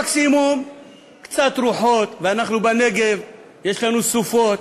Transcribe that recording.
מקסימום קצת רוחות, ואנחנו, בנגב, יש לנו סופות,